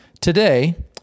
Today